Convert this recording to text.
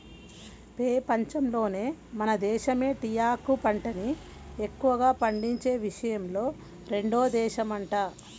పెపంచంలోనే మన దేశమే టీయాకు పంటని ఎక్కువగా పండించే విషయంలో రెండో దేశమంట